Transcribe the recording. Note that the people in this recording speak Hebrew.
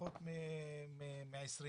פחות מ-20 ישובים.